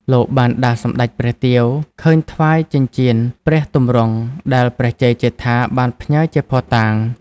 លោកបានដាស់សម្តេចព្រះទាវ ហើយថ្វាយ ចិញ្ចៀនព្រះទម្រង់ ដែលព្រះជ័យជេដ្ឋាបានផ្ញើជាភស្តុតាង។